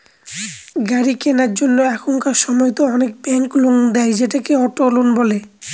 গাড়ি কেনার জন্য এখনকার সময়তো অনেক ব্যাঙ্ক লোন দেয়, সেটাকে অটো লোন বলে